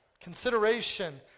consideration